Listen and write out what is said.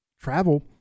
travel